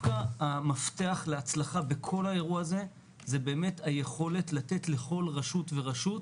להבין שהמפתח להצלחה בכל האירוע הזה הוא לתת לכל רשות ורשות,